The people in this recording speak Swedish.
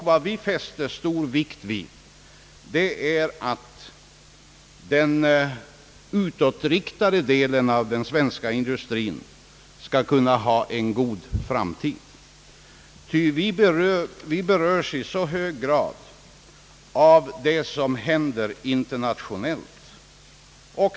Vad vi fäster stor vikt vid är att den utåtriktade delen av den svenska industrin skall kunna ha en god framtid, ty vi berörs i så hög grad av det som händer internationellt.